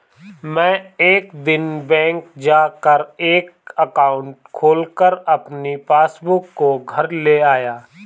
मै एक दिन बैंक जा कर एक एकाउंट खोलकर अपनी पासबुक को घर ले आया